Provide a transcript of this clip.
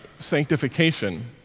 sanctification